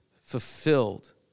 fulfilled